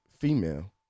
female